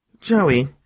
Joey